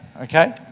okay